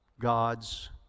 gods